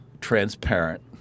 transparent